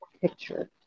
picture